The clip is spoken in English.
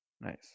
Nice